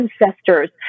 ancestors